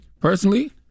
Personally